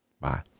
Bye